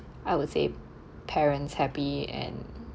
I would say parents happy and